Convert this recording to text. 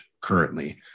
currently